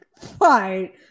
fine